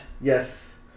Yes